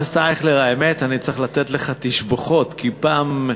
אייכלר, האמת, אני צריך לתת לך תשבחות, כי פעם,